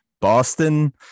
Boston